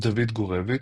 דוד גורביץ',